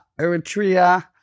Eritrea